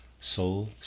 soul